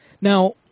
Now